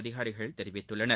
அதிகாரிகள் தெரிவித்தனர்